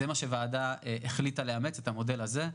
זה מה שהוועדה החליטה לאמץ, את המודל הזה.